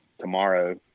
tomorrow